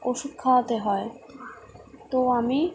ওষুধ খাওয়াতে হয় তো আমি